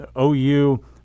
OU